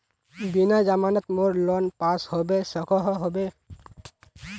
बिना जमानत मोर लोन पास होबे सकोहो होबे?